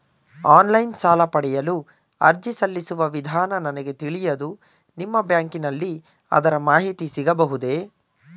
Online ಸಾಲ ಪಡೆಯಲು ಅರ್ಜಿ ಸಲ್ಲಿಸುವ ವಿಧಾನ ನನಗೆ ತಿಳಿಯದು ನಿಮ್ಮ ಬ್ಯಾಂಕಿನಲ್ಲಿ ಅದರ ಮಾಹಿತಿ ಸಿಗಬಹುದೇ?